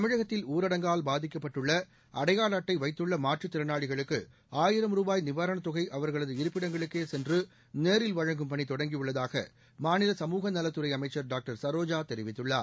தமிழகத்தில் ஊரடங்கால் பாதிக்கப்பட்டுள்ள அடையாள அட்எட வைத்துள்ள மாற்றுத் திறனாளிகளுக்கு ஆயிரம் ரூபாய் நிவாரணத் தொகை அவர்களது இருப்பிடங்களுக்கே சென்று நேரில் வழங்கும் பணி தொடங்கியுள்ளதாக மாநில சமூகநலத்துறை அமைச்சர் டாக்டர் சரோஜா தெரிவித்துள்ளார்